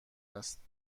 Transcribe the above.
است